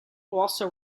also